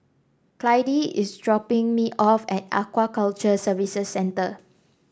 Clydie is dropping me off at Aquaculture Services Centre